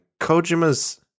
kojima's